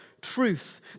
truth